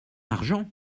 argent